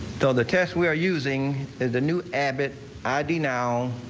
though the test we're using the new abbott id now.